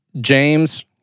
James